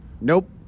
Nope